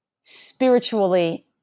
spiritually